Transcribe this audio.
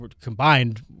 combined